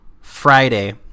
Friday